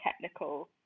technical